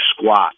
squat